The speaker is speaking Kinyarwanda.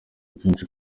rwinshi